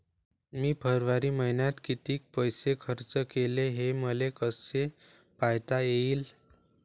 मी फरवरी मईन्यात कितीक पैसा खर्च केला, हे मले कसे पायता येईल?